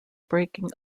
breaking